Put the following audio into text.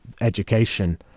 education